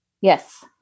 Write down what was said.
yes